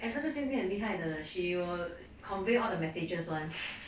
eh 这个 jing jing 很厉害的 she will convey all the messages [one]